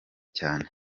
cyane